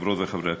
חברות וחברי הכנסת,